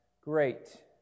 great